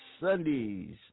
Sundays